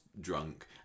drunk